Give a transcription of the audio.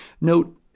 Note